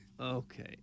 Okay